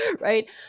right